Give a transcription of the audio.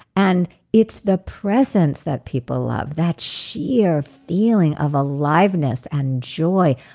and it's the presence that people love, that sheer feeling of aliveness and joy.